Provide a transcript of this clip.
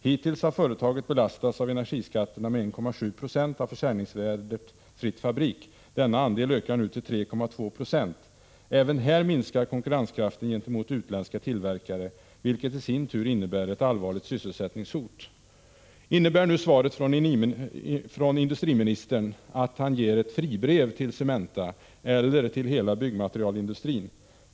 Hittills har företaget belastats av energiskatterna med 1,7 9o av försäljningsvärdet . Denna andel ökar nu till 3,2 Z6. Även här minskar konkurrenskraften gentemot utländska tillverkare, vilket i sin tur innebär ett allvarligt sysselsättningshot. Innebär svaret från industriministern att han ger fribrev till Cementa eller till hela byggmaterialindustrin?